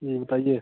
जी बताइए